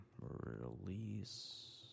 Release